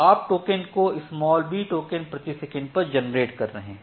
आप टोकन को b token प्रति सेकंड पर जेनरेट कर रहे हैं